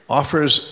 offers